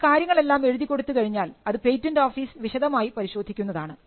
നിങ്ങൾ കാര്യങ്ങൾ എല്ലാം എഴുതി കൊടുത്തു കഴിഞ്ഞാൽ അത് പേറ്റന്റ് ഓഫീസ് വിശദമായി പരിശോധിക്കുന്നതാണ്